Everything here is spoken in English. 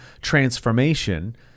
transformation